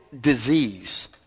disease